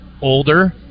older